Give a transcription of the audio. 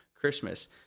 Christmas